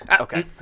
Okay